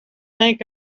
think